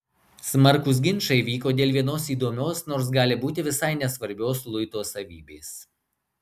smarkūs ginčai vyko dėl vienos įdomios nors gali būti visai nesvarbios luito savybės